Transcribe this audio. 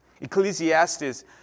Ecclesiastes